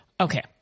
Okay